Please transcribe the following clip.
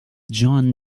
john